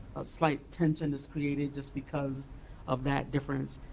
a slight tension is created just because of that difference.